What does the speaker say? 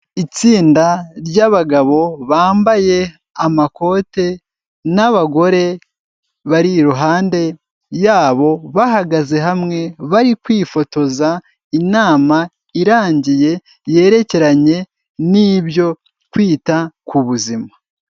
Itsinda ry'abagabo bambaye amakote n'abagore bari iruhande yabo, bahagaze hamwe bari kwifotoza, inama irangiye yerekeranye n'ibyo kwita ku buzima.